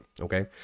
okay